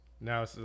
Now